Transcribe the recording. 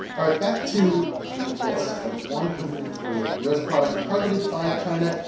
all right. back to the list of one hundred and twenty eight u s. products targeted by china.